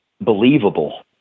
believable